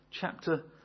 Chapter